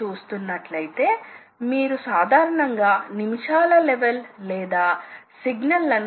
కాబట్టి ఈ సందర్భంలో వర్క్ పీస్ సమర్థవంతంగా అధిక వేగ భ్రమణాన్ని కలిగి ఉంటుంది